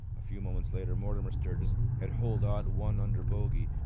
a few moments later mortimer sturgis had holed out one under bogey,